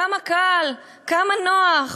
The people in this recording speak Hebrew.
כמה קל, כמה נוח.